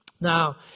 Now